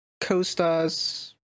co-stars